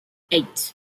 eight